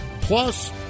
plus